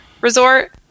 Resort